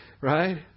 Right